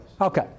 Okay